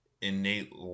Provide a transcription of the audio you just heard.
innate